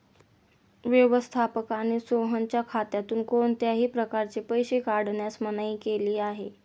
व्यवस्थापकाने सोहनच्या खात्यातून कोणत्याही प्रकारे पैसे काढण्यास मनाई केली आहे